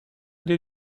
did